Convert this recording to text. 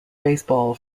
baseball